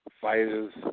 Fighters